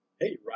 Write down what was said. hey